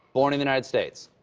born in the united states.